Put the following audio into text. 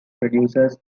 producers